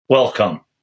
Welcome